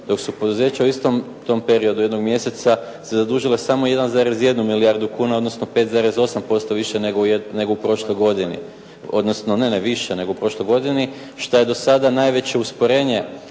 dok su poduzeća u istom tom periodu jednog mjeseca se zadužila samo 1,1 milijardu kuna odnosno 5,8% više nego u prošloj godini odnosno ne, ne, više nego u prošloj godini šta je do sada najveće usporenje